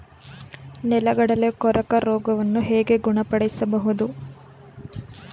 ನೆಲಗಡಲೆ ಕೊರಕ ರೋಗವನ್ನು ಹೇಗೆ ಗುಣಪಡಿಸಬಹುದು?